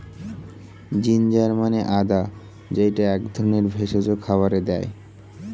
ginger মানে আদা যেইটা এক ধরনের ভেষজ খাবারে দেয়